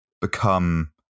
become